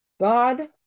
God